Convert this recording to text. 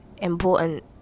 important